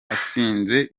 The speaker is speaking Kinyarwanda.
atsinze